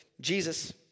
Jesus